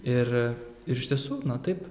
ir ir iš tiesų na taip